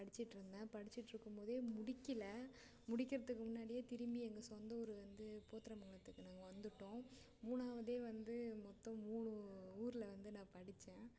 படித்திட்ருந்தேன் படித்திட்ருக்கும்போதே முடிக்கல முடிக்கிறதுக்கு முன்னாடியே திரும்பி எங்கள் சொந்த ஊர் வந்து போத்தரமங்களத்துக்கு நாங்கள் வந்துவிட்டோம் மூணாவதே வந்து மொத்தம் மூணு ஊரில் வந்து நான் படித்தேன்